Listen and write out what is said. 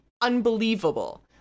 unbelievable